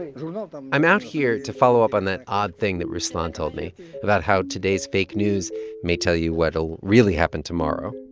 you know um i'm out here to follow up on that odd thing that ruslan told me about, how today's fake news may tell you what'll really happen tomorrow.